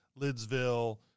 Lidsville